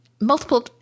multiple